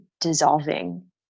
dissolving